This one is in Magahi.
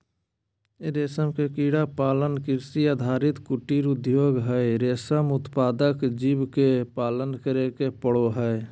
रेशम के कीड़ा पालन कृषि आधारित कुटीर उद्योग हई, रेशम उत्पादक जीव के पालन करे के पड़ हई